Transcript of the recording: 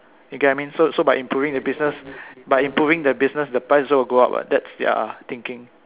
you get what I mean so so by improving the business by improving the business the price also will go up [what] that's their thinking